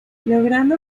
logrando